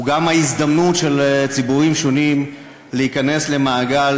הוא גם ההזדמנות של ציבורים שלמים להיכנס למעגל,